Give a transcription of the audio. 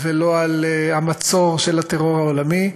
ולא על המצור של הטרור העולמי,